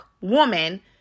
woman